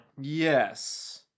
Yes